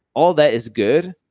all that is good.